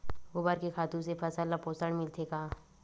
गोबर के खातु से फसल ल पोषण मिलथे का?